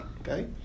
okay